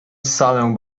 salę